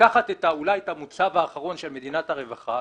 לקחת אולי את המוצב האחרון של מדינת הרווחה,